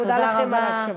מודה לכם על ההקשבה.